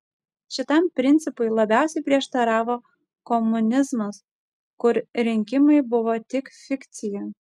šitam principui labiausiai prieštaravo komunizmas kur rinkimai buvo tik fikcija